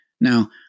Now